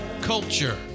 culture